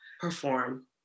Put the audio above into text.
perform